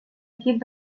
equip